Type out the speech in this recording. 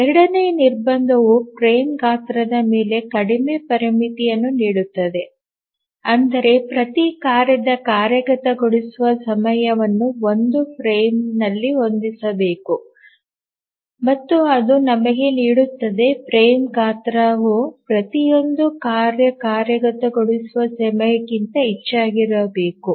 ಎರಡನೆಯ ನಿರ್ಬಂಧವು ಫ್ರೇಮ್ ಗಾತ್ರದ ಮೇಲೆ ಕಡಿಮೆ ಪರಿಮಿತಿಯನ್ನು ನೀಡುತ್ತದೆ ಅಂದರೆ ಪ್ರತಿ ಕಾರ್ಯದ ಕಾರ್ಯಗತಗೊಳಿಸುವ ಸಮಯವನ್ನು ಒಂದು ಫ್ರೇಮ್ನಲ್ಲಿ ಹೊಂದಿಸಬೇಕು ಮತ್ತು ಅದು ನಮಗೆ ನೀಡುತ್ತದೆ ಫ್ರೇಮ್ ಗಾತ್ರವು ಪ್ರತಿಯೊಂದು ಕಾರ್ಯ ಕಾರ್ಯಗತಗೊಳಿಸುವ ಸಮಯಕ್ಕಿಂತ ಹೆಚ್ಚಾಗಿರಬೇಕು